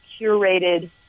curated